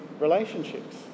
relationships